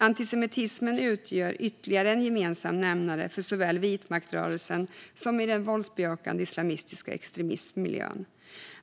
Antisemitismen utgör ytterligare en gemensam nämnare för vit makt-rörelsen och den våldsbejakande islamistiska extremismmiljön.